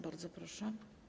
Bardzo proszę.